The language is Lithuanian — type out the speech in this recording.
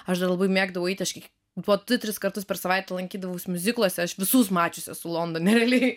aš dar labai mėgdavau eiti aš kiek du tris kartus per savaitę lankydavausi miuzikluose aš visus mačiusius londone realiai